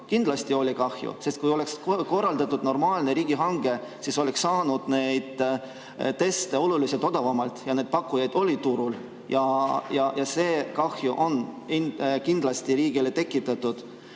Kindlasti oli kahju, sest kui oleks korraldatud normaalne riigihange, siis oleks saanud neid teste oluliselt odavamalt. Neid pakkujaid oli turul ja see kahju on kindlasti riigile tekitatud. Teine